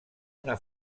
una